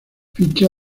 ficha